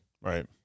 Right